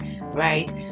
right